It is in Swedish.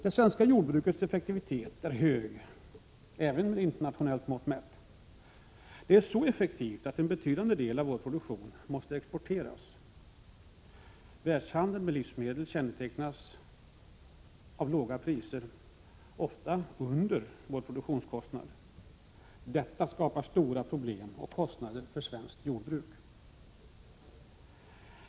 Det svenska jordbrukets effektivitet är hög, även med internationella mått mätt. Det är så effektivt att en betydande del av vår produktion måste Prot. 1986/87:124 exporteras. Världshandeln med livsmedel kännetecknas av låga priser — ofta — 15 maj 1987 under produktionskostnaden. Detta skapar stora problem och kostnader för svenskt jordbruk.